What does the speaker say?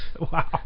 Wow